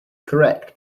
correct